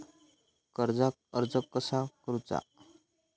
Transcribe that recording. कर्जाक अर्ज कसा करुचा?